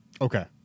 Okay